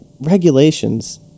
regulations